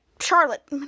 Charlotte